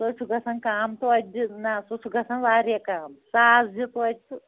سُہ ہے چھُ گژھان کَم توتہِ دِ نا سُہ چھُ گژھان واریاہ کَم ساس دِ توتہِ